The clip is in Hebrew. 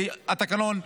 כי התקנון,